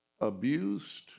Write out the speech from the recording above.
abused